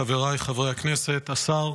חבריי חברי הכנסת, השר,